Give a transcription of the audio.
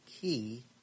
key